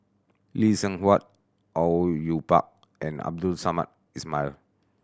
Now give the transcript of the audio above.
Lee Seng Huat Au Yue Pak and Abdul Samad Ismail